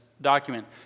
document